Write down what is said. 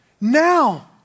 Now